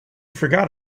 forgot